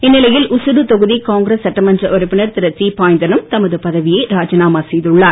இந்நிலையில் ஊசுடு தொகுதி காங்கிரஸ் சட்டமன்ற உறுப்பினர் திரு தீப்பாய்ந்தானும் தமது பதவியை ராஜினாமா செய்துள்ளார்